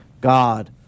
God